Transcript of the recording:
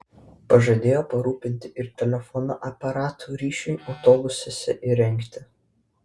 pažadėjo parūpinti ir telefono aparatų ryšiui autobusuose įrengti